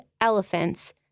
Elephants